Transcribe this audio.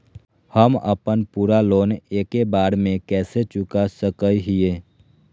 हम अपन पूरा लोन एके बार में कैसे चुका सकई हियई?